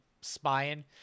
spying